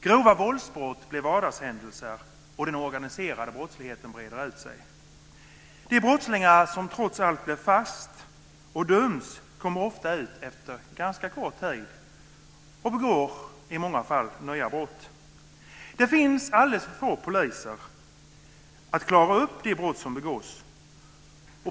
Grova våldsbrott blir vardagshändelser, och den organiserade brottsligheten breder ut sig. De brottslingar som trots allt blir fast och döms kommer ofta ut efter kort tid och begår i många fall nya brott. Det finns alldeles för få poliser för att klara upp de brott som begås.